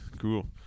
Cool